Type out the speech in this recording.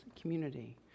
community